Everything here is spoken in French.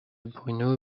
bruno